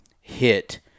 hit